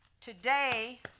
today